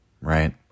right